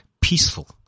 peaceful